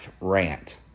rant